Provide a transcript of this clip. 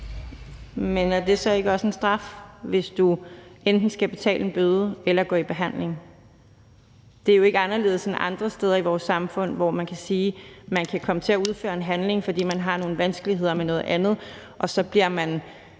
(S): Er det så ikke også en straf, hvis du enten skal betale en bøde eller gå i behandling? Det er jo ikke anderledes end andre steder i vores samfund, hvor det er sådan, at man kan komme til at begå en handling, fordi man har nogle vanskeligheder med noget andet, og så bliver man